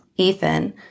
Ethan